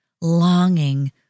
longing